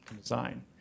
design